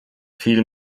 viel